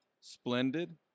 splendid